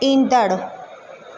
ईंदड़